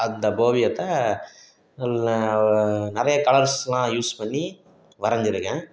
அந்த ஓவியத்த நிறைய கலர்ஸ்லாம் யூஸ் பண்ணி வரைஞ்சிருக்கேன்